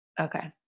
Okay